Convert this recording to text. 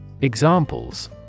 Examples